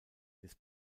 des